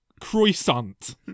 croissant